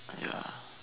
ya